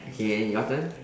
okay and then your turn